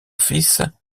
fils